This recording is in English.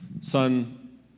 son